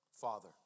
Father